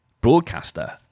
broadcaster